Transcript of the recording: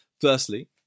Firstly